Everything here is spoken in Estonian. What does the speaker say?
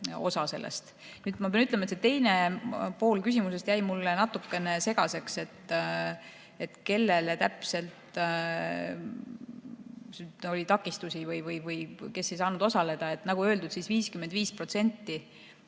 osa sellest. Ma pean ütlema, et teine pool küsimusest jäi mulle natuke segaseks. Kellele täpselt oli tehtud takistusi või kes ei saanud osaleda? Nagu öeldud, 55%